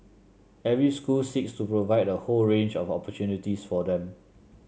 every school seeks to provide a whole range of opportunities for them